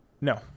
No